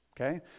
okay